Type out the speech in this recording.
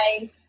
Bye